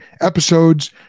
episodes